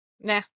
Nah